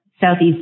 Southeast